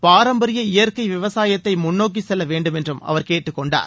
பாரம்பரிய இயற்கை விவசாயத்தை முன்னோக்கிச் செல்ல வேண்டும் என்று அவர் கேட்டுக் கொண்டார்